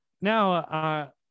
now